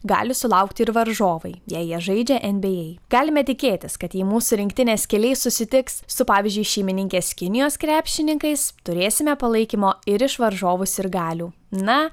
gali sulaukti ir varžovai jei jie žaidžia nba galime tikėtis kad jei mūsų rinktinės keliai susitiks su pavyzdžiui šeimininkės kinijos krepšininkais turėsime palaikymo ir iš varžovų sirgalių na